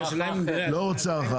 אני לא רוצה הערכה,